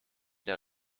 der